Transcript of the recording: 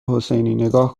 حسینی، نگاه